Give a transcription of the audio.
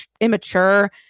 immature